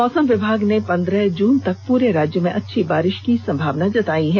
मौसम विभाग ने पंद्रह जून तक पूरे राज्य में अच्छी बारिष होने की संभावना जताई है